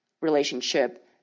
relationship